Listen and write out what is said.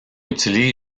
utilise